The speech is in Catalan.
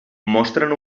mostren